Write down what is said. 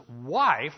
wife